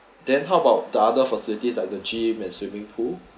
then how about the other facilities like the gym and swimming pool